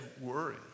worry